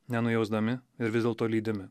nenujausdami ir vis dėlto lydimi